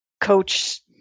coach